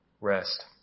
rest